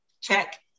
Check